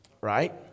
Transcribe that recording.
Right